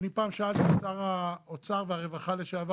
אני פעם שאלתי את שר האוצר והרווחה לשעבר